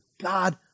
God